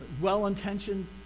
well-intentioned